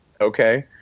Okay